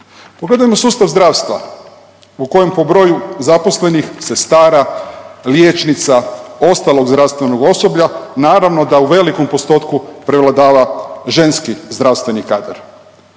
Pogledajmo sustav zdravstva u kojem po broju zaposlenih sestara, liječnica, ostalog zdravstvenog osoblja naravno da u velikom postotku prevladava ženski zdravstveni kadar.